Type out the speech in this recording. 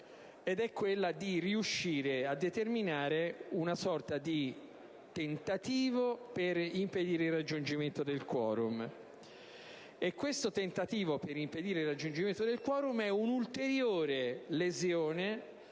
la funzione di riuscire a determinare una sorta di tentativo per impedire il raggiungimento del *quorum*. Questo tentativo per impedire il raggiungimento del *quorum* è una ulteriore lesione